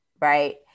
Right